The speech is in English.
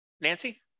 Nancy